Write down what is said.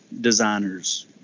designers